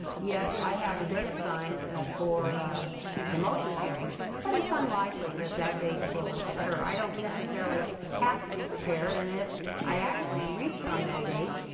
yes, i have a date assigned for the motions hearing but it's unlikely that that date will occur. i don't necessarily have to be prepared, and if i actually am reached on that date,